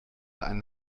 einen